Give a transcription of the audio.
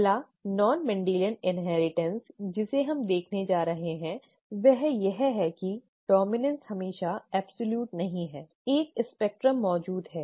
पहला गैर Mendelian inheritance जिसे हम देखने जा रहे हैं वह यह है कि डॉम्इनॅन्स हमेशा पूर्ण नहीं है एक स्पेक्ट्रम मौजूद है